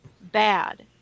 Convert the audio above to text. bad